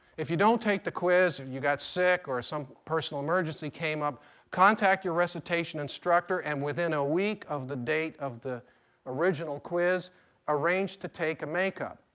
if you don't take the quiz and you got sick or some personal emergency came up contact your recitation instructor and within a week of the date of the original quiz arrange to take a makeup.